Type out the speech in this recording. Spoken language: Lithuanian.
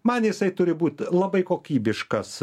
man jisai turi būt labai kokybiškas